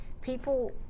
people